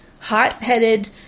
hot-headed